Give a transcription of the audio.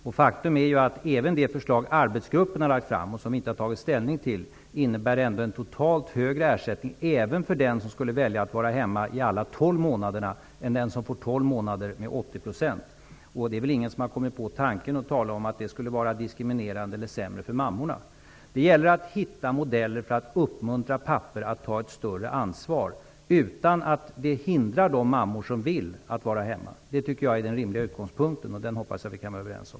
Faktum är att även det förslag som arbetsgruppen har lagt fram -- som vi inte har tagit ställning till -- innebär en totalt högre ersättning, även för den som skulle välja att vara hemma alla tolv månader, än förslaget om tolv månader med 80 %. Det är väl ingen som har kommit på tanken att tala om att det skulle vara diskriminerande eller sämre för mammorna. Det gäller att hitta modeller för att uppmuntra pappor att ta ett större ansvar utan att det hindrar att de mammor som vill kan vara hemma. Det tycker jag är den rimliga utgångspunkten. Den hoppas jag att vi kan vara överens om.